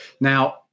Now-